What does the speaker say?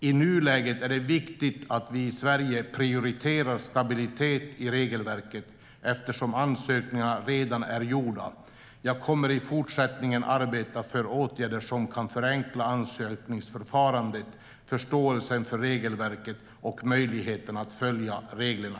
I nuläget är det viktigt att vi i Sverige prioriterar stabilitet i regelverket eftersom ansökningarna redan är gjorda. Jag kommer i fortsättningen att arbeta för åtgärder som kan förenkla ansökningsförfarandet, förståelsen för regelverket och möjligheten att följa reglerna.